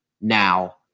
now